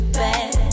bad